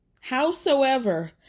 howsoever